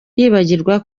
yibagirwa